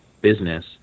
business